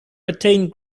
attained